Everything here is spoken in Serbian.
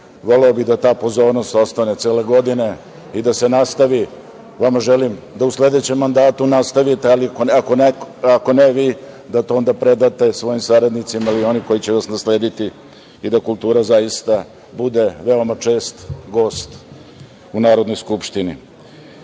Voleo bih da ta pozornost ostane cele godine i da se nastavi. Vama želim da u sledećem mandatu nastavite, ali ako ne vi da to onda predate svojim saradnicima ili oni koji će vas naslediti i da kultura zaista bude veoma čest gost u Narodnoj skupštini. Jasno